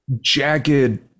jagged